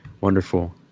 wonderful